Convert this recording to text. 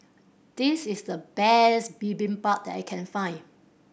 this is the best Bibimbap that I can find